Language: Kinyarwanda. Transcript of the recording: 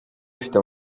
ifite